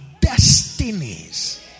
destinies